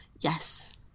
yes